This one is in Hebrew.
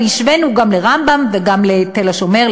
אבל השווינו גם לבית-חולים רמב"ם וגם לתל-השומר,